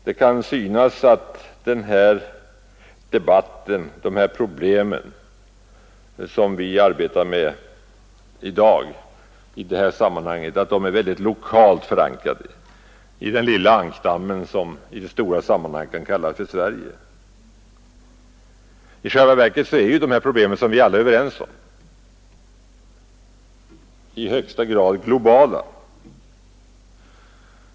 Det kan synas som om de problem som vi arbetar med i dag i det här sammanhanget är lokalt förankrade i den lilla ankdamm som Sverige kan kallas i det stora sammanhanget, men i själva verket är de ju — det är vi alla överens om — i högsta grad globala.